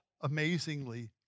amazingly